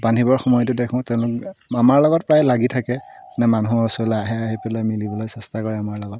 বান্ধিবৰ সময়তো দেখোঁ তেওঁলোকক আমাৰ লগত প্ৰায় লাগি থাকে মানুহৰ ওচৰলৈ আহে আহি পেলাই মিলিবলৈ চেষ্টা কৰে আমাৰ লগত